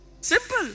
Simple